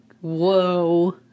Whoa